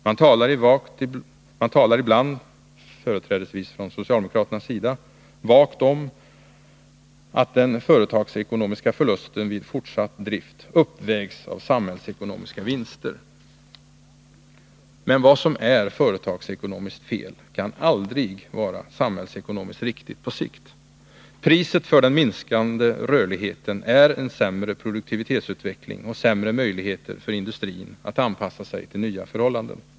Man talar ibland, företrädesvis från socialdemokraternas sida, vagt om att den företagsekonomiska förlusten vid fortsatt drift uppvägs av samhällsekonomiska vinster. Men vad som är företagsekonomiskt fel kan aldrig vara samhällsekonomiskt riktigt på sikt. Priset för den minskade rörligheten är en sämre produktivitetsutveckling och sämre möjligheter för industrin att anpassa sig till nya förhållanden.